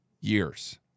years